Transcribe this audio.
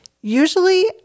Usually